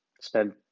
spend